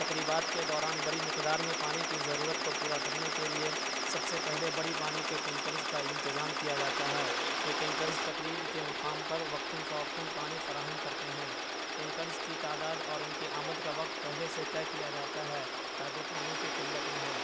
تقریبات کے دوران بڑی مقدار میں پانی کی ضرورت کو پورا کرنے کے لیے سب سے پہلے بڑی پانی کے ٹینکرز کا انتظام کیا جاتا ہے یہ ٹینکرز تقریب کے مقام پر وقتاً فوقتاً پانی فراہم کرتے ہیں ٹینکرز کی تعداد اور ان کی آمد کا وقت پہلے سے طے کیا جاتا ہے تاکہ پانی کی قلت نہ ہو